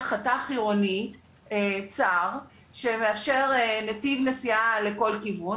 חתך עירוני צר שמאפשר נתיב נסיעה לכל כיוון.